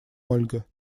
ольга